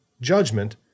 judgment